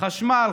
חשמל,